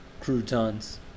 Croutons